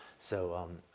so, um,